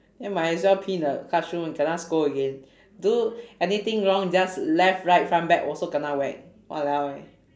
then might as well pee in the classroom kena scold again do anything wrong just left right front back also kena whack !walao! eh